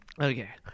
okay